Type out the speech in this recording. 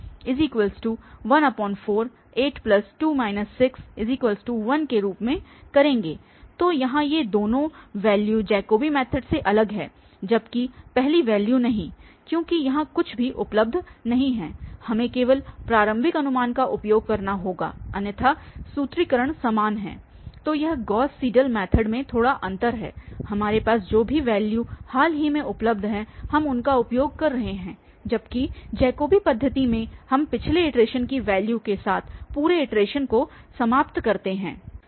तो यहाँ ये दो वैल्यू जैकोबी मैथड से अलग है जबकि पहली वैल्यू नहीं क्योंकि यहां कुछ भी उपलब्ध नहीं है हमें केवल प्रारंभिक अनुमान का उपयोग करना होगा अन्यथा सूत्रीकरण समान है तो यह गॉस सीडल मैथड मे थोड़ा अंतर है हमारे पास जो भी वैल्यू हाल ही में उपलब्ध है हम उनका उपयोग कर रहे हैं जबकि जैकोबी पद्धति में हम पिछले इटरेशन की वैल्यूस के साथ पूरे इटरेशन को समाप्त करते हैं